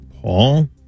Paul